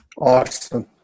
Awesome